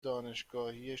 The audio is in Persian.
دانشگاهی